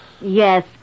Yes